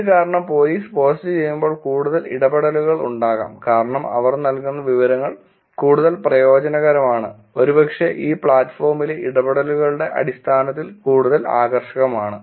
ഇത് കാരണം police post ചെയ്യുമ്പോൾ കൂടുതൽ ഇടപെടലുകൾ ഉണ്ടാകാം കാരണം അവർ നൽകുന്ന വിവരങ്ങൾ കൂടുതൽ പ്രയോജനകരമാണ് ഒരുപക്ഷേ ഈ പ്ലാറ്റ്ഫോമിലെ ഇടപെടലുകളുടെ അടിസ്ഥാനത്തിൽ കൂടുതൽ ആകർഷകമാണ്